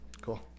Cool